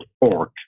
org